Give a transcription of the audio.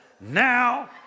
now